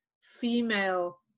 female